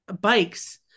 bikes